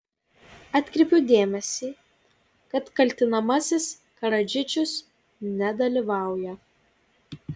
atkreipiu dėmesį kad kaltinamasis karadžičius nedalyvauja